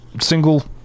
single